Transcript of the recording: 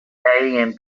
canadian